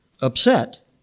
upset